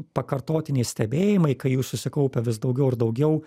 pakartotiniai stebėjimai kai jų susikaupia vis daugiau ir daugiau